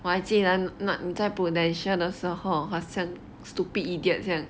我还记得你在 Prudential 的时候好像 stupid idiot 这样